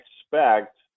expect